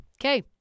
Okay